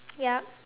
yup